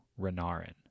Renarin